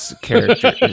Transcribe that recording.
character